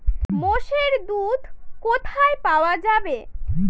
মোষের দুধ কোথায় পাওয়া যাবে?